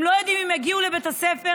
הם לא יודעים אם כשהם יגיעו לבית הספר,